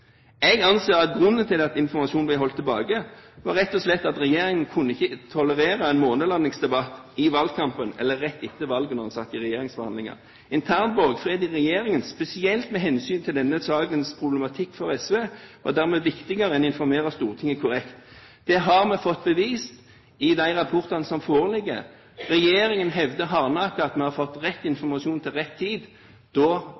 Jeg anser grunnen til at informasjon ble holdt tilbake, rett og slett for å være at regjeringen ikke kunne tolerere en månelandingsdebatt i valgkampen, eller rett etter valget, da en satt i regjeringsforhandlinger. Intern borgfred i regjeringen, spesielt med hensyn til at denne saken er problematisk for SV, er dermed viktigere enn å informere Stortinget korrekt. Det har vi fått bevist i de rapportene som foreligger. Regjeringen hevder hardnakket at vi har fått rett informasjon til rett tid. Da